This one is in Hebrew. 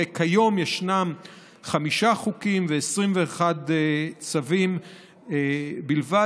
הרי כיום ישנם חמישה חוקים ו-21 צווים בלבד,